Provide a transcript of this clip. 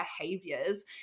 behaviors